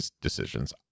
decisions